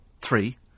three